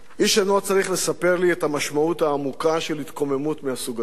איש אינו צריך לספר לי את המשמעות העמוקה של התקוממות מהסוג הזה.